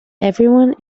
everyone